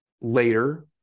later